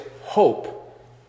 hope